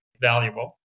valuable